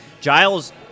Giles